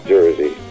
Jersey